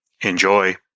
Enjoy